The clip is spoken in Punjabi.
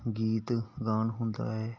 ਗੀਤ ਗਾਣ ਹੁੰਦਾ ਹੈ